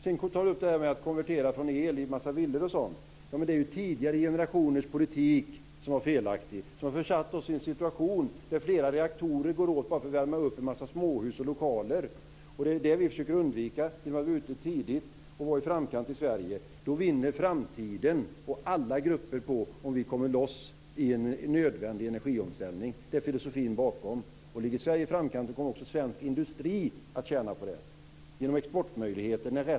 Sedan tar Karin Falkmer upp konvertering av el i en massa villor. Men det var ju tidigare generationers politik som var felaktig och som har försatt oss i en situation där det går åt flera reaktorer bara för att värma upp en massa småhus och lokaler. Det är det vi försöker undvika genom att vara ute tidigt och ligga i framkanten i Sverige. Framtiden och alla grupper vinner på att vi kommer loss i en nödvändig energiomställning. Det är filosofin bakom. Ligger Sverige i framkanten kommer också svensk industri att tjäna på det genom exportmöjligheter.